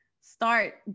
start